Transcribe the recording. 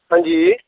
हां जी